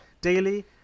daily